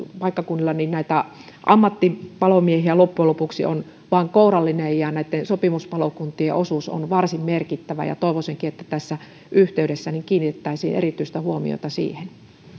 paikkakunnilla näitä ammattipalomiehiä loppujen lopuksi on vain kourallinen ja näitten sopimuspalokuntien osuus on varsin merkittävä toivoisinkin että tässä yhteydessä kiinnitettäisiin erityistä huomiota siihen